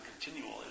continual